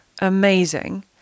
amazing